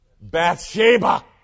Bathsheba